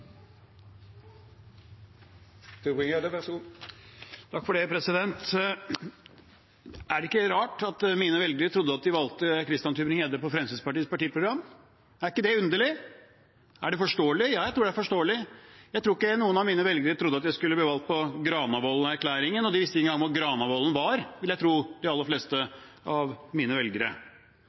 ikke rart at mine velgere trodde de valgte Christian Tybring-Gjedde på Fremskrittspartiets partiprogram? Er det ikke underlig? Er det forståelig? Ja, jeg tror det er forståelig. Jeg tror ikke noen av mine velgere trodde at jeg skulle bli valgt på Granavolden-erklæringen. De fleste av mine velgere visste nok ikke engang hvor Granavolden var, vil jeg tro.